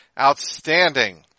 outstanding